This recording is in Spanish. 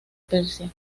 persia